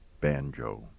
banjo